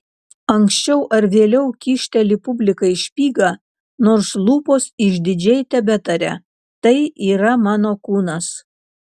anksčiau ar vėliau kyšteli publikai špygą nors lūpos išdidžiai tebetaria tai yra mano kūnas